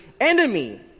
enemy